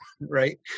right